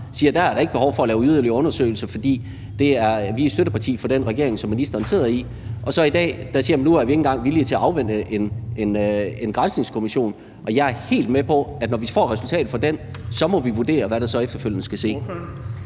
sagde: Der er ikke behov for at lave yderligere undersøgelser, for vi er støtteparti for den regering, som ministeren sidder i. Og så i dag siger man: Nu er vi ikke engang villige til at afvente en granskningskommissions undersøgelse. Og jeg er helt med på, at når vi får resultatet af den, må vi vurdere, hvad der så efterfølgende skal ske.